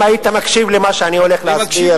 אם היית מקשיב למה שאני הולך להסביר,